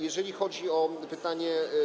Jeżeli chodzi o pytanie